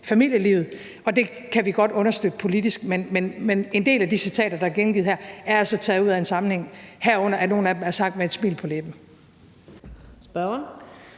familielivet, og det kan vi godt understøtte politisk, men en del af de citater, der er gengivet her, er altså taget ud af en sammenhæng, herunder er nogle af dem sagt med et smil på læben.